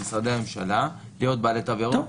למשרדי הממשלה, להיות בעלי תו ירוק.